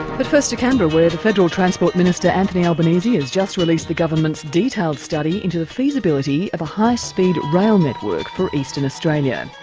but first to canberra, where the federal transport minister anthony albanese has just released the government's detailed study into the feasibility of a high speed rail network for eastern australia.